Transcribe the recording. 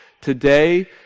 today